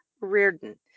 Reardon